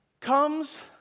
comes